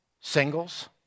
Singles